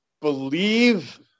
believe